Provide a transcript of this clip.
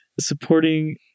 supporting